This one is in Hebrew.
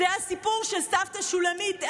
זה הסיפור של סבתא שולמית עיני,